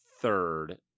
third